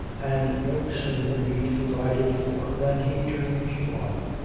and no sooner he's provided for than he turns you on.